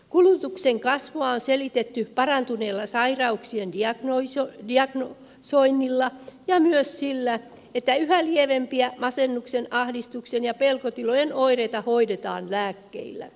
kulutuksen kasvua on selitetty parantuneella sairauksien diagnosoinnilla ja myös sillä että yhä lievempiä masennuksen ahdistuksen ja pelkotilojen oireita hoidetaan lääkkeillä